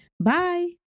bye